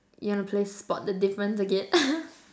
you want to play spot the difference again